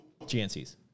GNCs